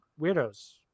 weirdos